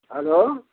hello